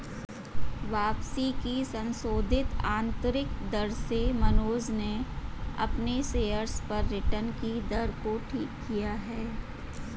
वापसी की संशोधित आंतरिक दर से मनोज ने अपने शेयर्स पर रिटर्न कि दर को ठीक किया है